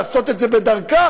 לעשות את זה בדרכה,